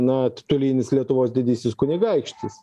na titulinis lietuvos didysis kunigaikštis